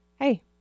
hey